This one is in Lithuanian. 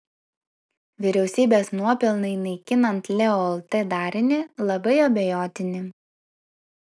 vyriausybės nuopelnai naikinant leo lt darinį labai abejotini